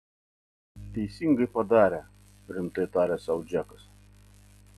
teisingai padarė rimtai tarė sau džekas